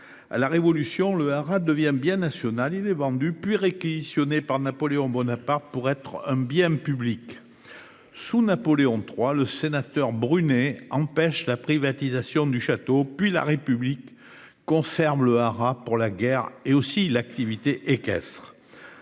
À la révolution, le haras devient bien national il est vendu puis réquisitionné par Napoléon Bonaparte, pour être un bien public. Sous Napoléon III le sénateur Brunet empêche la privatisation du château, puis la République. Conserve le arabes pour la guerre et aussi l'activité équestre.